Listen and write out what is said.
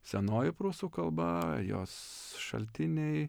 senoji prūsų kalba jos šaltiniai